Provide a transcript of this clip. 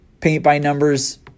paint-by-numbers